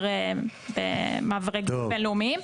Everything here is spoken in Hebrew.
מעברי גבול בין-לאומיים.